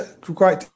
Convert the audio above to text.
great